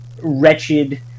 wretched